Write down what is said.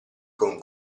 con